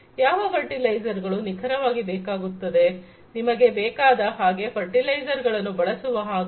ಯಾವ ಫರ್ಟಿಲೈಸರ್ ಗಳು ನಿಖರವಾಗಿ ಬೇಕಾಗುತ್ತದೆ ನಿಮಗೆ ಬೇಕಾದ ಹಾಗೆ ಫರ್ಟಿಲೈಸರ್ ಗಳನ್ನು ಬಳಸುವ ಹಾಗಲ್ಲ